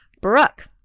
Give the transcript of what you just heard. Brooke